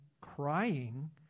crying